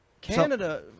Canada